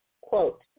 Quote